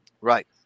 Right